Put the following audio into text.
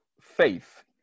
faith